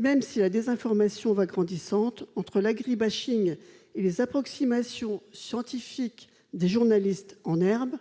Même si la désinformation va grandissant entre l'agri-bashing et les approximations scientifiques des journalistes en herbe,